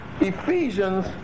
Ephesians